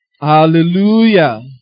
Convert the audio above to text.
Hallelujah